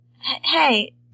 Hey